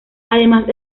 además